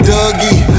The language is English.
Dougie